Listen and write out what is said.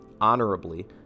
Honorably